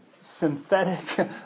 synthetic